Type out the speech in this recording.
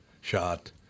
shot